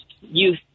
youth